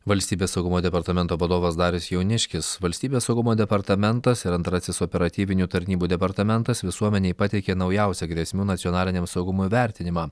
valstybės saugumo departamento vadovas darius jauniškis valstybės saugumo departamentas ir antrasis operatyvinių tarnybų departamentas visuomenei pateikė naujausią grėsmių nacionaliniam saugumui vertinimą